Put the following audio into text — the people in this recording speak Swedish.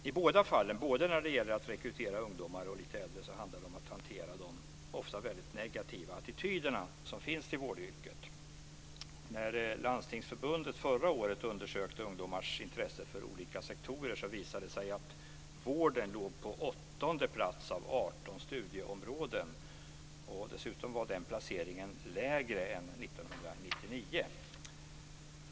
I båda fallen - både när det gäller att rekrytera ungdomar och lite äldre - handlar det om att hantera de, ofta negativa, attityder som finns till vårdyrket. När Landstingsförbundet förra året undersökte ungdomars intresse för olika sektorer visade det sig att vården låg på åttonde plats av 18 studieområden. Dessutom var placeringen lägre än 1999.